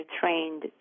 trained